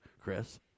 Chris